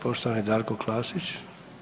Poštovani Darko Klasić.